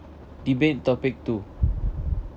debate topic two